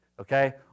Okay